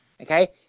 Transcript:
okay